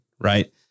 right